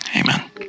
Amen